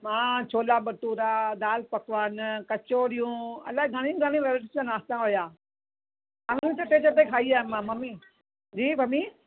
मां छोला भटूरा दाल पकवान कचोरियूं अलाए घणी घणी वैरायटियुनि जा नास्ता हुआ आंङुरि चटे चटे खाई आयमि मां मम्मी जी मम्मी